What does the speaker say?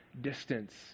distance